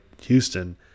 Houston